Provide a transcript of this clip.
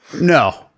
No